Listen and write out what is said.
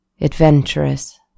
Adventurous